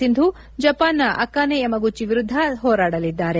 ಸಿಂಧು ಜಪಾನ್ನ Akane Yamaguchi ವಿರುದ್ಧ ಹೋರಾಡಲಿದ್ದಾರೆ